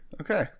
Okay